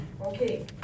Okay